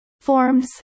Forms